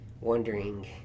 wondering